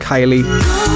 Kylie